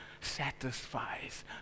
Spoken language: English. satisfies